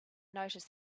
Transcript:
noticed